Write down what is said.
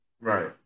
Right